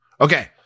Okay